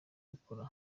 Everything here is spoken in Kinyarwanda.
gukora